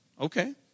okay